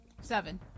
Seven